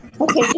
Okay